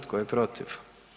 Tko je protiv?